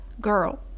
girl